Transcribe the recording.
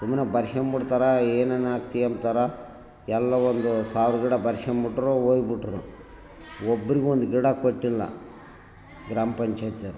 ಸುಮ್ಮನೆ ಬರ್ಸ್ಯಂಬಿಡ್ತಾರ ಏನು ನಾಲ್ಕು ತಿಂತರ ಎಲ್ಲ ಒಂದು ಸಾವಿರ ಗಿಡ ಬರೆಸ್ಕೊಂಬಿಟ್ರು ಹೋಗ್ ಬಿಟ್ಟರು ಒಬ್ರಿಗೂ ಒಂದು ಗಿಡ ಕೊಟ್ಟಿಲ್ಲ ಗ್ರಾಮ ಪಂಚಾಯಿತಿ ಅವ್ರು